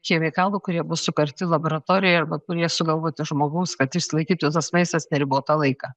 chemikalų kurie buvo sukurti laboratorijoje arba kurie sugalvoti žmogaus kad išsilaikytų tas maistas neribotą laiką